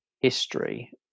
history